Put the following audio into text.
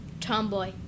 tomboy